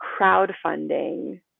crowdfunding